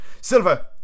Silver